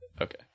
Okay